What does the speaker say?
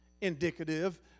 indicative